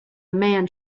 man